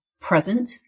present